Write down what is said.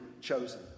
chosen